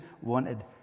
wanted